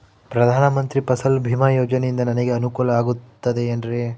ಪ್ರಧಾನ ಮಂತ್ರಿ ಫಸಲ್ ಭೇಮಾ ಯೋಜನೆಯಿಂದ ನನಗೆ ಅನುಕೂಲ ಆಗುತ್ತದೆ ಎನ್ರಿ?